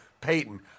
Peyton